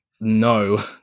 no